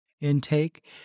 intake